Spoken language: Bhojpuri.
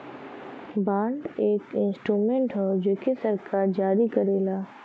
बांड एक इंस्ट्रूमेंट हौ जेके सरकार जारी करला